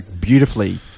beautifully